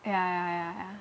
ya ya ya ya